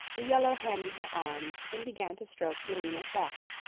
the yellow hen in her arms, and began to stroke billina's back.